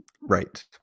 Right